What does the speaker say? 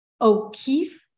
O'Keefe